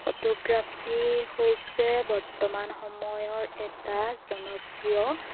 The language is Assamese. ফটোগ্ৰাফী হৈছে বৰ্তমান সময়ৰ এটা জনপ্ৰিয়